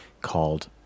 called